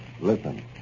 Listen